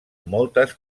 moltes